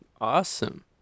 Awesome